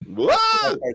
Whoa